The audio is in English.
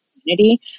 community